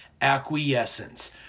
acquiescence